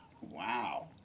Wow